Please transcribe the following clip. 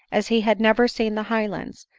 as he had never seen the highlands,